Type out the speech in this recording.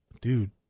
dude